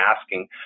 asking